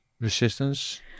Resistance